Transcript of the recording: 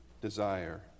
desire